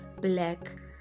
black